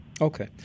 Okay